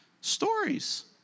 Stories